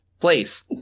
place